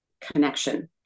connection